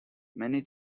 many